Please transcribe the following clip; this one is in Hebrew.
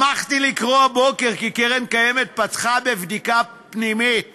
שמחתי לקרוא הבוקר כי קרן קיימת פתחה בבדיקה פנימית